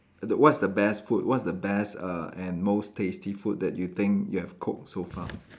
the what's the best food what's the best err and most tasty food that you think you have cooked so far